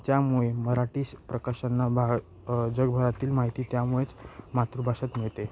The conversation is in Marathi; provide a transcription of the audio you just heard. ज्यामुळे मराठी प्रकाशंना भाळ जगभरातील माहिती त्यामुळेच मातृभाषेत मिळते